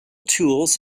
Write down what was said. tools